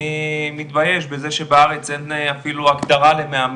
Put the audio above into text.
אני מתבייש בזה שבארץ אין אפילו הגדרה למאמן.